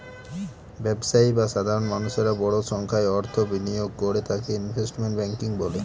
ব্যবসায়ী বা সাধারণ মানুষেরা বড় সংখ্যায় অর্থ বিনিয়োগ করে তাকে ইনভেস্টমেন্ট ব্যাঙ্কিং বলে